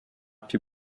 più